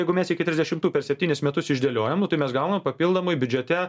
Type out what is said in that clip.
jeigu mes iki trisdešimtų per septynis metus išdėliojam nu tai mes gaunam papildomai biudžete